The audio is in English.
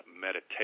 meditation